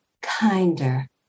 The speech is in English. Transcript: kinder